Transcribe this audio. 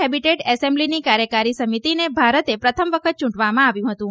habitat એસેમ્બલીની કાર્યકારી સમિતિને ભારતને પ્રથમ વખત ચૂંટવામાં આવ્યું હતું